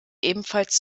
ebenfalls